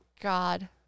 God